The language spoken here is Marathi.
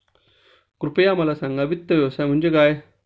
कृपया मला सांगा वित्त व्यवसाय म्हणजे काय?